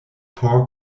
por